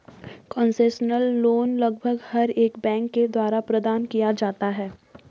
concessional loan लगभग हर एक बैंक के द्वारा प्रदान किया जाता है